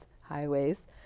highways